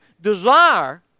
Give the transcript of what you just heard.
desire